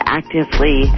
actively